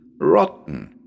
rotten